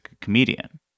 comedian